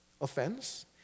offense